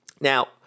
Now